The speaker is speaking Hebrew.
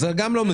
זה גם לא מדויק.